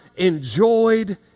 enjoyed